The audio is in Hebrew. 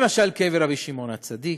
למשל קבר רבי שמעון הצדיק,